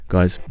Guys